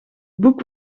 boek